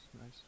nice